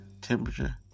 temperature